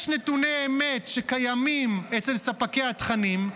יש נתוני אמת שקיימים אצל ספקי התכנים,